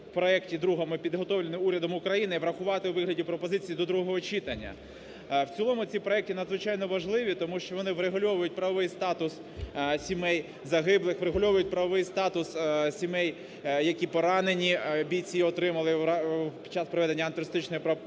другому і підготовлені урядом України, врахувати у вигляді пропозицій до другого читання. В цілому ці проекти надзвичайно важливі, тому що вони врегульовують правовий статус сімей загиблих, врегульовують правовий статус сімей, які пораненння бійці отримали під час проведення антитерористичної операції.